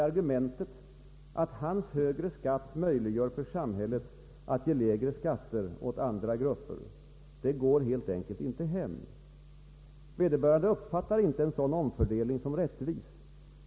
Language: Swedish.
Argumentet att hans högre skatt möjliggör för samhället att ge lägre skatter åt andra grupper går inte hem helt enkelt. Vederbörande uppfattar inte en sådan omfördelning såsom rättvis.